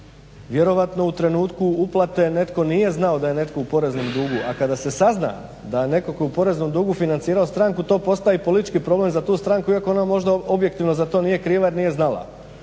vjerojatno u trenutku uplate netko nije znao da je netko u poreznom dugu. A kada se sazna da je netko tko je u poreznom dugu, financirao stranku to postaje i politički problem za tu stranku iako ona možda objektivno za to nije kriva jer nije znala.